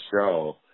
show